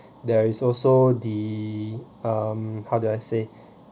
there is also the um how do I say